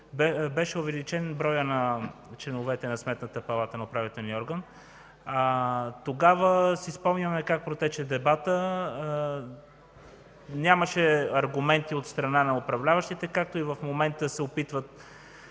беше увеличен броят на членовете на Сметната палата – на управителния орган. Тогава си спомняме как протече дебатът – нямаше аргументи от страна на управляващите, както и в момента се опитват